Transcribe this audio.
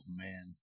man